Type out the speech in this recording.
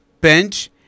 bench